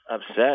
upset